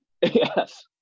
yes